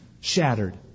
Shattered